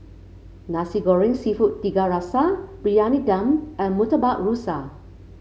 Nasi Goreng seafood Tiga Rasa Briyani Dum and Murtabak Rusa